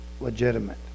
legitimate